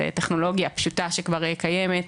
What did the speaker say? זו טכנולוגיה פשוטה שכבר קיימת.